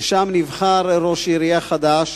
ששם נבחר ראש עירייה חדש